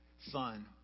Son